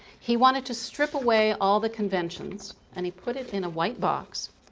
he wanted to strip away all the conventions and he put it in a white box.